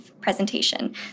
presentation